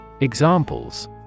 Examples